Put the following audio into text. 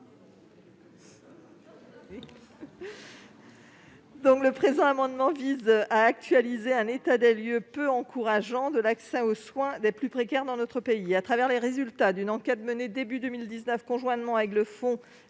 Le présent amendement vise à actualiser un état des lieux peu encourageant de l'accès aux soins des plus précaires dans notre pays. À la suite d'une enquête menée conjointement avec le fonds